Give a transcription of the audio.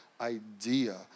idea